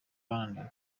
bananiwe